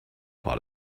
part